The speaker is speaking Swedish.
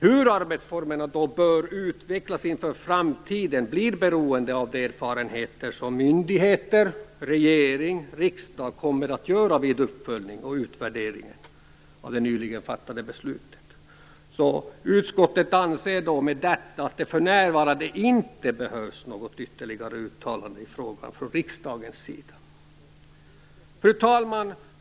Hur arbetsformerna bör utvecklas inför framtiden blir beroende av de erfarenheter som myndigheter, regering och riksdag kommer att göra vid uppföljning och utvärdering av det nyligen fattade beslutet. Utskottet anser med detta att det för närvarande inte behövs något ytterligare uttalande i frågan från riksdagens sida. Fru talman!